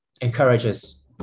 encourages